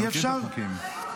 אתה מכיר את החוקים.